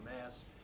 mass